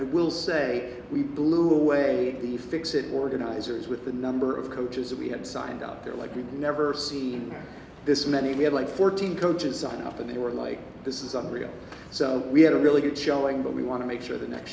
we'll say we blew away the fix it organizers with the number of coaches that we had signed up they're like we've never seen this many we had like fourteen coaches sign up and they were like this is unreal so we had a really good showing but we want to make sure the next